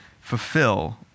fulfill